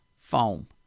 foam